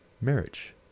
marriage